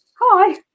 hi